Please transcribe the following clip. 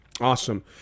Awesome